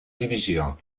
divisió